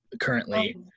currently